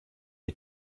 est